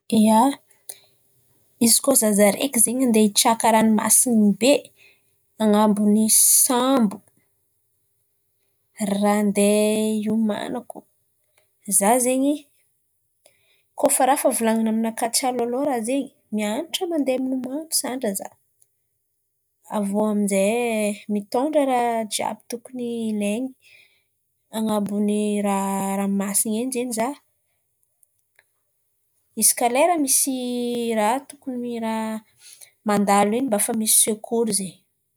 Ia, izy kôa izaho zaraiky zen̈y andeha hitsaka ranomasin̈y be an̈abon'ny ny sambo, ràha andeha hiomanako? Izaho zen̈y kôa ràha efa volan̈iny aminakà tsy alohaloha ràha zen̈y, mian̈atra mandeha miloman̈o sandra izaho. Avy iô amin'izay mitôndra ràha jiàby tokony ilain̈a an̈abon'ny ra- ranomasin̈y eny zen̈y izaho. Izy kà lera misy ràha ràha mandalo in̈y mba efa misy sekoro zen̈y.